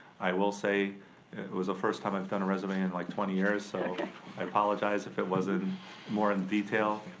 i will say it was the first time i've done a resume in like twenty years, so i apologize if it wasn't more in detail.